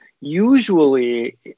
usually